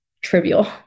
trivial